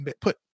put